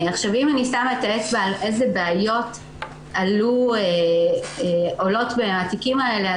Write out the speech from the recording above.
אם אני שמה את האצבע על הבעיות שעולות מהתיקים האלה,